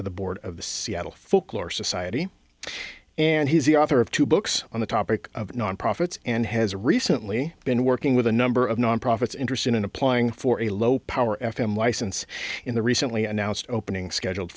of the board of the seattle folklore society and he's the author of two books on the topic of nonprofits and has recently been working with a number of non profits interested in applying for a low power f m license in the recently announced opening scheduled